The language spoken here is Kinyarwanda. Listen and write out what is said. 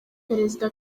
perezida